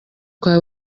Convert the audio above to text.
kwa